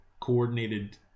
coordinated